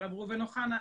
הרב ראובן אוחנה.